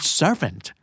servant